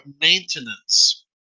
maintenance